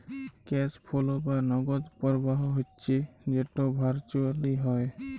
cash flow বা নগদ পরবাহ হচ্যে যেট ভারচুয়েলি হ্যয়